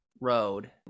road